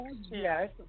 yes